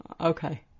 Okay